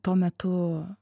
tuo metu